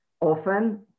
Often